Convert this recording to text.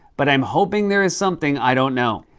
but i'm hoping there's something i don't know.